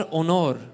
honor